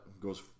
goes